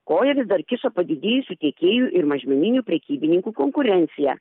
koją vis dar kiša padidėjusi tiekėjų ir mažmeninių prekybininkų konkurencija